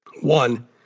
One